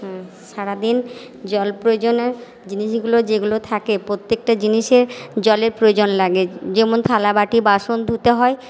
সারাদিন জল প্রয়োজনের জিনিসগুলো যেগুলো থাকে প্রত্যেকটা জিনিসে জলের প্রয়োজন লাগে যেমন থালা বাটি বাসন ধুতে হয়